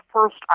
first